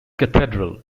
cathedral